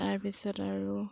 তাৰপিছত আৰু